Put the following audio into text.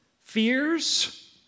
fears